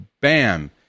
bam